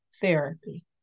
therapy